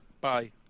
Bye